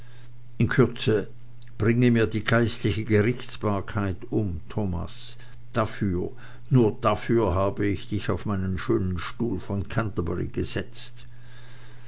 in kürze bringe mir die geistliche gerichtsbarkeit um thomas dafür nur dafür habe ich dich auf meinen schönen stuhl von canterbury gesetzt